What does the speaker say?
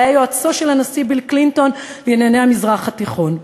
שהיה יועצו של הנשיא ביל קלינטון לענייני המזרח התיכון.